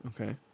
Okay